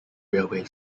railway